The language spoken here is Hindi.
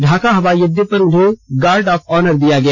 ढाका हवाई अड्डे पर उन्हें गार्ड ऑफ ऑनर दिया गया